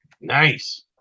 Nice